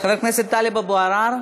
חבר הכנסת טלב אבו עראר,